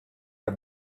are